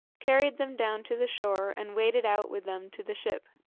carried them down to the shore and waded out with them to the ship.